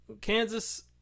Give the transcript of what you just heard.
Kansas